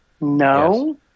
No